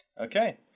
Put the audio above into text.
Okay